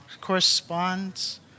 Corresponds